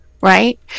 right